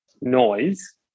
noise